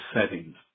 settings